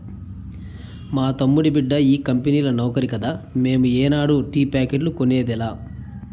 మా తమ్ముడి బిడ్డ ఈ కంపెనీల నౌకరి కదా మేము ఏనాడు టీ ప్యాకెట్లు కొనేదిలా